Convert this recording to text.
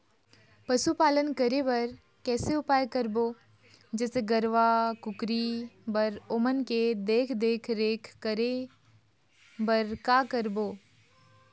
पशुपालन करें बर कैसे उपाय करबो, जैसे गरवा, कुकरी बर ओमन के देख देख रेख करें बर का करबो?